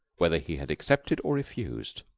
whether he had accepted or refused.